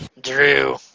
Drew